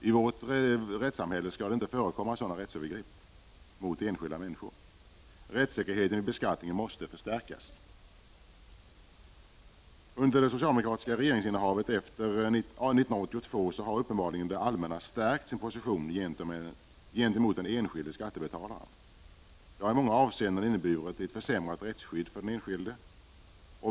I vårt rättssamhälle skall det inte förekomma sådana rättsövergrepp mot enskilda människor. Rättssäkerheten vid beskattningen måste förstärkas. Under det socialdemokratiska regeringsinnehavet efter 1982 har uppenbarligen det allmänna stärkt sin position gentemot den enskilde skattebetalaren. Det har i många avseenden inneburit ett försämrat rättsskydd för den enskilde.